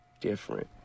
different